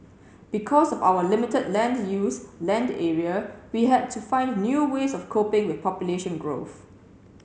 because of our limited land use land area we had to find new ways of coping with population growth